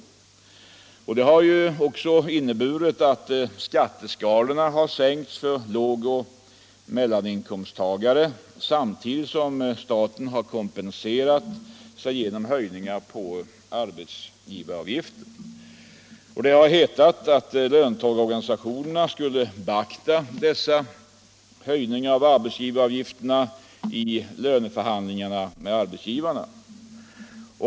Detta har också inneburit att skatteskalorna sänkts för lågoch mellaninkomsttagare samtidigt som staten kompenserat sig genom höjningar av arbetsgivaravgifter. Det har hetat att löntagarorganisationerna skulle beakta dessa höjningar av arbetsgivaravgifterna i löneförhandlingarna med arbetsgivarna.